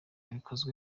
bikozwe